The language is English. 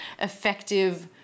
effective